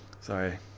Sorry